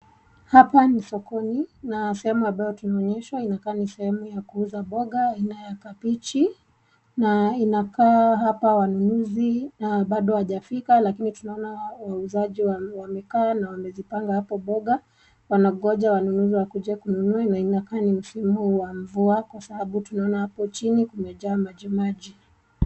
Hapa ni sokoni na sehemu tunayoonyeshwa ni ya kuuza mboga aina ya kabichi na inakaa hapa wanunuzi bado hawajafika lakini tunaona wauuzaji wamekaa na wamezipanga hapo ili wanunuzi wakuje kununua na inakaa ni msimu wa mvua kwa sababu tunaona hapo chini kumejaa majimaji.